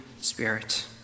Spirit